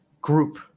group